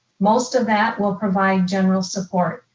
most of that will provide general support,